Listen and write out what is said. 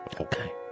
Okay